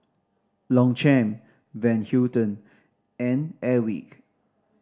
Longchamp Van Houten and Airwick